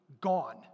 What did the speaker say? gone